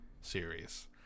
series